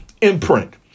imprint